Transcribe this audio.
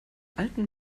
alten